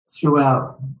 throughout